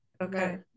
Okay